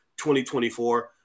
2024